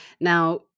Now